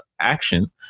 action